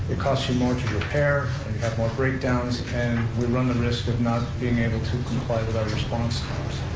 it costs you more to repair, you have more breakdowns, and we run the risk of not being able to comply with our response